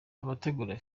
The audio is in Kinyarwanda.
abategura